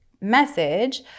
message